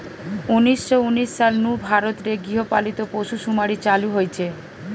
উনিশ শ উনিশ সাল নু ভারত রে গৃহ পালিত পশুসুমারি চালু হইচে